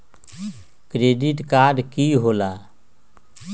Credit card की होला?